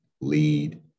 lead